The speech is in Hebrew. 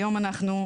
היום אנחנו,